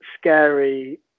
scary